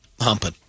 humping